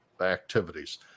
activities